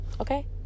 okay